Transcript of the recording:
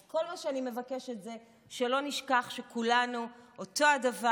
אז כל מה שאני מבקשת זה שלא נשכח שכולנו אותו הדבר,